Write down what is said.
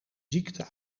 ziekte